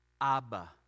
Abba